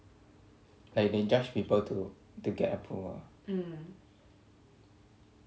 like they judge people to to get approval ah